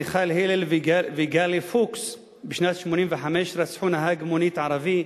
מיכל הלל וגיל פוקס בשנת 1985 רצחו נהג מונית ערבי,